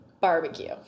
barbecue